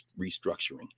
restructuring